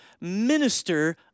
minister